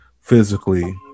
physically